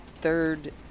third